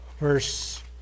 Verse